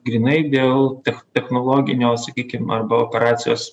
grynai dėl tech technologinio sakykim arba operacijos